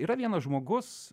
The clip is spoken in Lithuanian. yra vienas žmogus